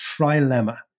trilemma